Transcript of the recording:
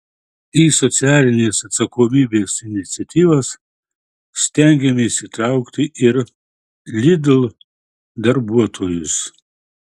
į socialinės atsakomybės iniciatyvas stengiamės įtraukti ir lidl darbuotojus